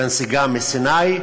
בנסיגה מסיני,